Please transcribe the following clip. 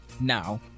now